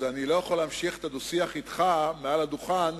ואני לא יכול להמשיך את הדו-שיח אתך מעל הדוכן,